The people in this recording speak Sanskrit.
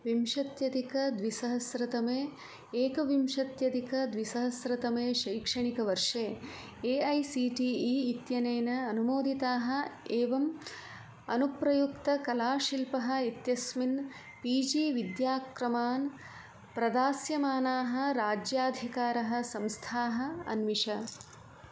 विंशत्यधिकद्विसहस्रतमे एकविंशत्यधिकद्विसहस्रतमे शैक्षणिकवर्षे A I C T E इत्यनेन अनुमोदिताः एवं अनुप्रयुक्तकलाशिल्पः इत्यस्मिन् पी जी विद्याक्रमान् प्रदास्यमाणाः राज्याधिकारः संस्थाः अन्विष